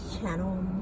channel